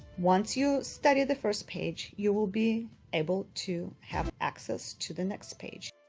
once you study the first page, you will be able to have access to the next page.